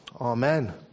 Amen